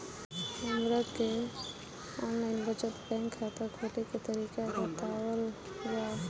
हमरा के online बचत बैंक खाता खोले के तरीका बतावल जाव?